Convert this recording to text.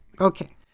Okay